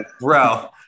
Bro